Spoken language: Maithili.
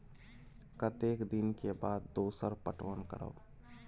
कतेक दिन के बाद दोसर पटवन करब?